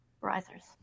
Risers